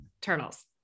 Turtles